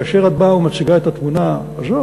כאשר את באה ומציגה את התמונה הזאת,